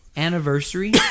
Anniversary